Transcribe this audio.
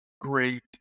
Great